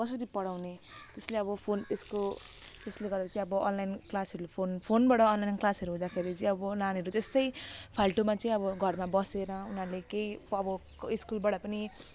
कसरी पढाउने त्यसले अब फोन त्यसको त्यसले गर्दा चाहिँ अब अनलाइन क्लासहरूले फोन फोनबाट अनलाइन क्लासहरू हुँदाखेरि चाहिँ अब नानीहरू त्यसै फाल्टुमा चाहिँ अब घरमा बसेर उनीहरूले केही अब स्कुलबाट पनि